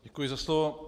Děkuji za slovo.